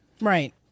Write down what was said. Right